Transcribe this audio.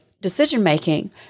decision-making